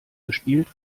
gespielt